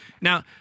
Now